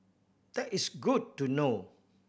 that is good to know